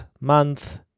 month